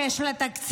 שיש לה תקציב,